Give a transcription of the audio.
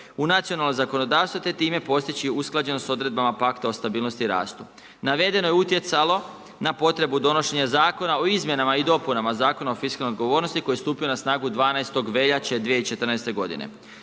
u nacionalno zakonodavstvo te time postići usklađenost da odredbama pakta o stabilnost i rastu. Navedeno je utjecalo na potrebu donošenja Zakona o izmjenama i dopunama Zakona o fiskalnoj odgovornosti koji je stupio na snagu 12. veljače 2014. godine.